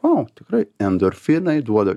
o tikrai endorfinai duoda